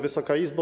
Wysoka Izbo!